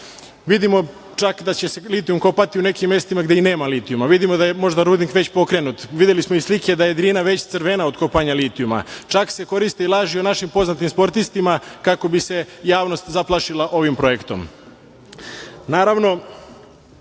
Vidimo čak da će se litijum kopati u nekim mestima gde i nema litijuma, vidimo da je možda rudnik već pokrenut, videli smo i slike da je Drina već crvena od kopanja litijuma, čak se koriste i laži o našim poznatim sportistima kako bi se javnost zaplašila ovim projektom. Naravno,